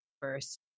first